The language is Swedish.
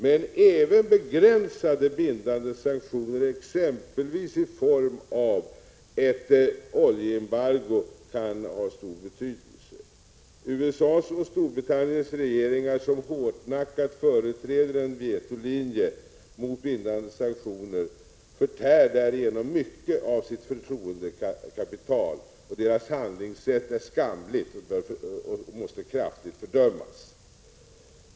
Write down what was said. Men även begränsade bindande sanktioner, exempelvis i form av ett oljeembargo, kan ha stor betydelse. USA:s och Storbritanniens regeringar som hårdnackat företräder en vetolinje mot bindande sanktioner förtär därigenom mycket av sitt förtroendekapital, och deras handlingssätt är skamligt och måste kraftigt fördömas.